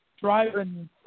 driving